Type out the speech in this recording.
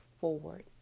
forward